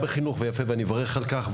יפה, אני מברך על כך.